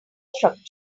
structure